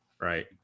Right